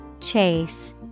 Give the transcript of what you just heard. Chase